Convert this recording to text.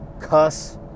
cuss